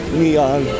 neon